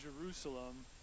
Jerusalem